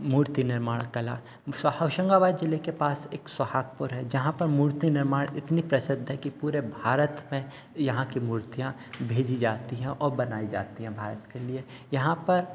मूर्ति निर्माण कला होशन्गाबाद ज़िले के पास एक सोहागपुर है जहाँ पर मूर्ति निर्माण इतना प्रसिद्ध है कि पूरे भारत में यहाँ की मूर्तियाँ भेजी जाती हैं और बनाई जाती हैं भारत के लिए यहाँ पर